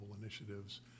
Initiatives